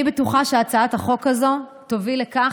אני בטוחה שהצעת החוק הזו תוביל לכך